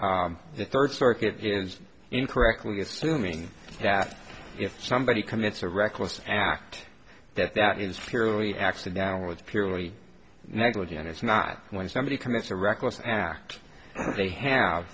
d the third circuit incorrectly assuming that if somebody commits a reckless act that that is purely accidental or was purely negligent it's not when somebody commits a reckless act they have